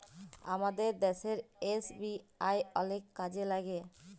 আমাদের দ্যাশের এস.বি.আই অলেক কাজে ল্যাইগে